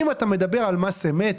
אם אתה מדבר על מס אמת